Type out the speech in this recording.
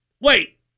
Wait